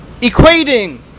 equating